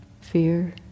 fear